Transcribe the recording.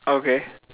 okay